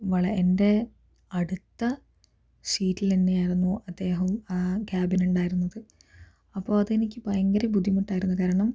വള എന്റെ അടുത്ത സീറ്റിൽ തന്നെയായിരുന്നു അദ്ദേഹവും ക്യാബിൻ ഉണ്ടായിരുന്നത് അപ്പോൾ അതെനിക്ക് ഭയങ്കര ബുദ്ധിമുട്ടായിരുന്നു കാരണം